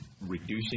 reducing